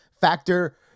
Factor